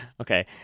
Okay